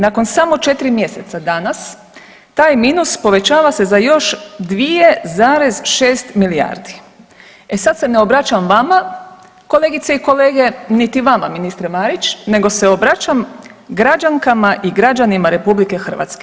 Nakon damo četiri mjeseca danas taj minus povećava se za još 2,6 milijardi, e sad se ne obraćam vama kolegice i kolege, niti vama ministre Marić nego se obraćam građankama i građanima RH.